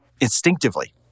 instinctively